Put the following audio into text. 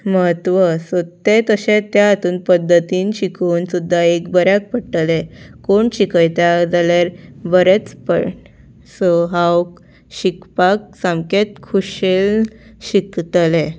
म्हत्व सो तें तशें त्या हातून पद्दतीन शिकोन सुद्दा एक बऱ्याक पडटलें कोण शिकयता जाल्यार बरेंच पड सो हांव शिकपाक सामकेंच खुशेल शिकतलें